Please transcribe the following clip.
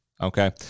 okay